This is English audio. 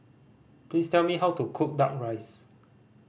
please tell me how to cook Duck Rice